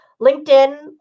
LinkedIn